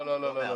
לא,